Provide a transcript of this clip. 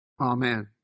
Amen